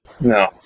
No